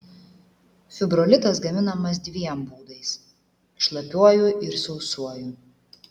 fibrolitas gaminamas dviem būdais šlapiuoju ir sausuoju